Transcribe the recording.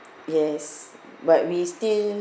yes but we still